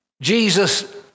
Jesus